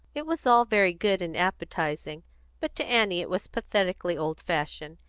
it was all very good and appetising but to annie it was pathetically old-fashioned,